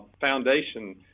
foundation